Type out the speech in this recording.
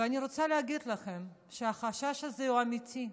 ואני רוצה להגיד לכם שהחשש הזה הוא אמיתי.